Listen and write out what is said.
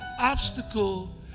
obstacle